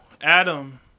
Adam